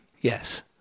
Yes